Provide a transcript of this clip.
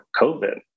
COVID